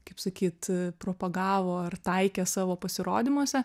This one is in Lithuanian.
kaip sakyt propagavo ar taikė savo pasirodymuose